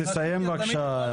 תסיים בקשה,